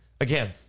again